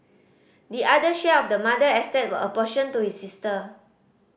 the other share of the mother estate were apportioned to his sister